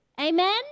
Amen